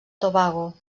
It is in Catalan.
tobago